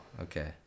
okay